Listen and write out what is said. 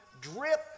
drip